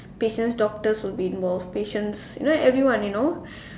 patients doctor would be move patients you know everyone you know